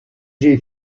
j’ai